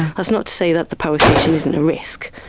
that's not to say that the power station isn't a risk.